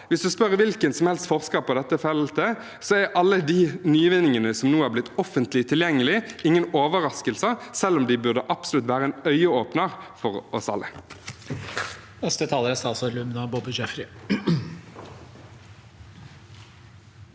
Hvis man spør hvilken som helst forsker på dette feltet, er ingen av nyvinningene som nå er blitt offentlig tilgjengelige, noen overraskelse, selv om de absolutt burde være en øyeåpner for oss alle.